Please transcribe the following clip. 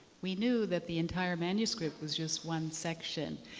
we knew that the entire manuscript was just one section.